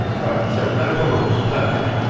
right, so no problems, perfect.